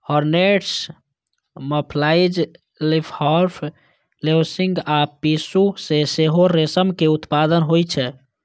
hornets, mayflies, leafhopper, lacewings आ पिस्सू सं सेहो रेशमक उत्पादन होइ छै